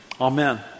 amen